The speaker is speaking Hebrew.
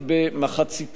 במחציתה,